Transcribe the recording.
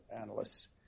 analysts